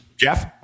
Jeff